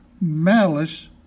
malice